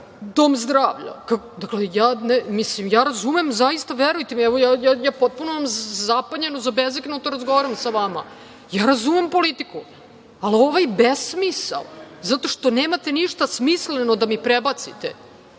dom zdravlja. Razumem, verujte mi, potpuno zapanjeno, zabezeknuto razgovaram sa vama. Razumem politiku, ali ovaj besmisao, zato što nemate ništa smisleno da mi prebacite,